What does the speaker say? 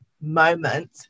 moment